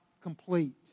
complete